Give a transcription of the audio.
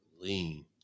Lean